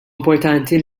importanti